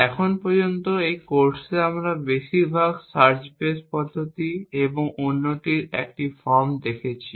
এখন পর্যন্ত এই কোর্সে আমরা বেশিরভাগ সার্চ বেস পদ্ধতি এবং অন্যটির 1টি ফর্ম দেখেছি